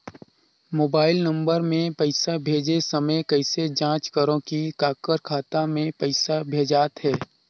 Mobile number मे पइसा भेजे समय कइसे जांच करव की काकर खाता मे पइसा भेजात हे?